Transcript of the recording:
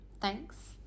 thanks